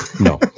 no